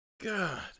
God